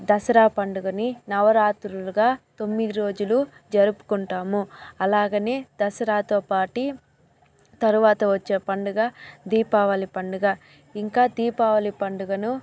దసరా పండుగని నవరాత్రులుగా తొమ్మిది రోజులు జరుపుకుంటాము అలాగని దసరాతో పాటు తరువాత వచ్చే పండుగ దీపావళి పండుగ ఇంకా దీపావళి పండుగను